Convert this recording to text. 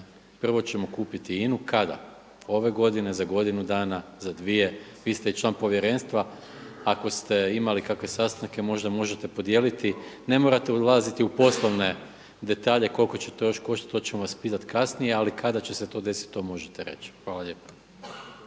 Prvo ćemo kupiti INA-u, kada, ove godine, za godinu dana, za dvije. Vi ste i član povjerenstva, ako ste imali kakve sastanke možda možete podijeliti. Ne morate ulaziti u poslovne detalje koliko će to još koštati, to ćemo vas pitati kasnije, ali kada će se to desiti to možete reći. Hvala lijepa.